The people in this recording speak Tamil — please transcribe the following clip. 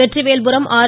வெற்றிவேல்புரம் ஆர்